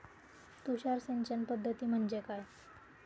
तुषार सिंचन पद्धती म्हणजे काय?